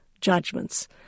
judgments